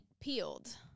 peeled—